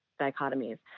dichotomies